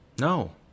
No